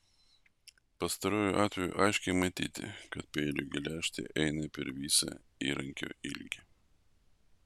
pastaruoju atveju aiškiai matyti kad peilio geležtė eina per visą įrankio ilgį